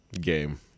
game